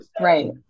Right